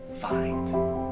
find